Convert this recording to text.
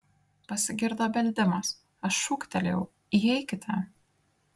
pasigirdo beldimas aš šūktelėjau įeikite